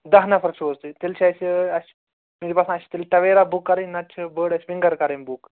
داہ نَفر چھُو حظ تُہۍ تیٚلہِ چھِ اَسہِ اَسہِ مےٚ چھِ باسان اَسہِ چھِ تیٚلہِ تَویرا بُک کَرٕنۍ نتہٕ چھِ بٔڑ اَسہِ وِنٛگَر کرٕنۍ بُک